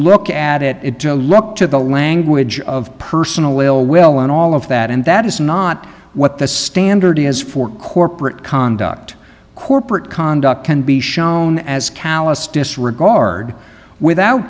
look at it it to look to the language of personal will and all of that and that is not what the standard is for corporate conduct corporate conduct can be shown as callous disregard without